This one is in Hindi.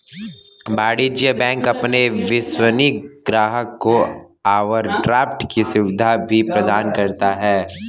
वाणिज्य बैंक अपने विश्वसनीय ग्राहकों को ओवरड्राफ्ट की सुविधा भी प्रदान करता है